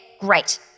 Great